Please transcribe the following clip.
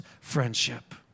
friendship